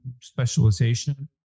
specialization